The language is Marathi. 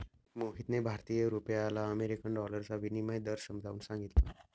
मोहितने भारतीय रुपयाला अमेरिकन डॉलरचा विनिमय दर समजावून सांगितला